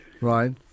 Right